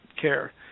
care